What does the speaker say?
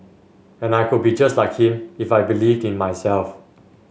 and I could be just like him if I believed in myself